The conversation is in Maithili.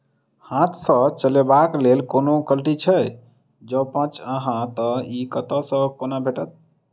हाथ सऽ चलेबाक लेल कोनों कल्टी छै, जौंपच हाँ तऽ, इ कतह सऽ आ कोना भेटत?